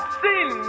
sin